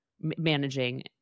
managing